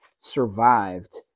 survived